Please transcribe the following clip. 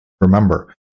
Remember